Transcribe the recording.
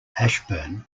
ashburn